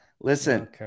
Listen